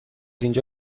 اینجا